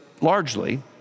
largely